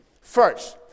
first